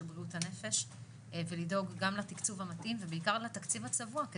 של בריאות הנפש ולדאוג גם לתקצוב המתאים ובעיקר לתקציב הצבוע,